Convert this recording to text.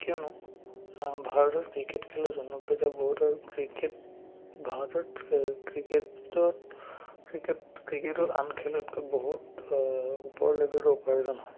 কিয়নো ভাৰতত ক্ৰিকেট খেলৰ জন্মপ্ৰিয়তা বহুত আৰু ক্ৰিকেট ভাৰতত ক্ৰিকেটত ক্ৰিকেট ক্ৰিকেটত আন খেলতকৈ বহুত ওপৰ লেভেলৰ উপাৰ্জন হয়